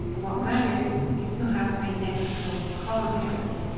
what matters is to have identical column headers,